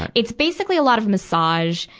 and it's basically a lot of massage.